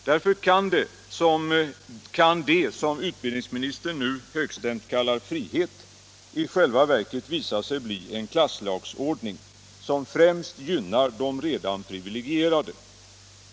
Därför kan det som utbildningsministern nu högstämt kallar frihet i själva verket visa sig bli en klasslagsordning, som främst gynnar de redan privilegierade.